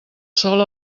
sol